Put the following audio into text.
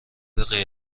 غریبهای